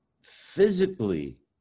physically